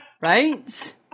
right